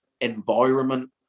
environment